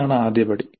അതാണ് ആദ്യ പടി